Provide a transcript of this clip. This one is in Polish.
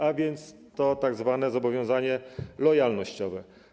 A więc to tzw. zobowiązanie lojalnościowe.